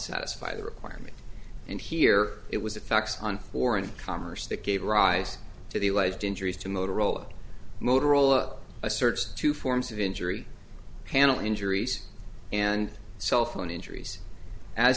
satisfy the requirement and here it was a tax on foreign commerce that gave rise to the alleged injuries to motorola motorola asserts two forms of injury panel injuries and cellphone injuries a